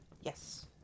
Yes